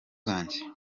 bwanjye